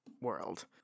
world